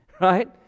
right